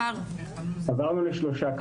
עברנו לשלושה כבר.